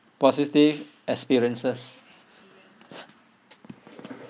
positive experiences